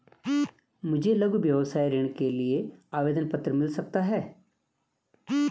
मुझे लघु व्यवसाय ऋण लेने के लिए आवेदन पत्र मिल सकता है?